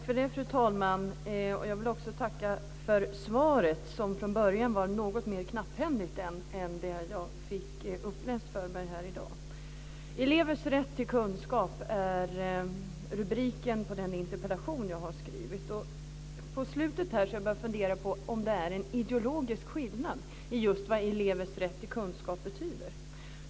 Fru talman! Jag vill tacka för svaret som från början var något mer knapphändigt än det jag fick uppläst för mig här i dag. Elevers rätt till kunskap är rubriken på den interpellation jag har skrivit. Jag har börjat fundera på om det finns en ideologisk skillnad när det gäller vad elevers rätt till kunskap betyder.